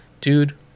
dude